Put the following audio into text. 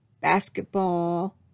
basketball